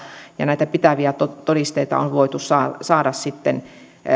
ja näitä pitäviä todisteita on voitu saada sitten